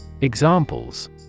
Examples